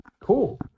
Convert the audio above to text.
Cool